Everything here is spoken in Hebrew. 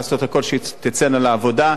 לעשות הכול שתצאנה לעבודה,